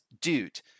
dude